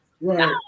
right